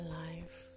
life